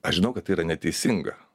aš žinau kad tai yra neteisinga